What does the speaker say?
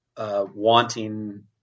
Wanting